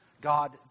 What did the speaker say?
God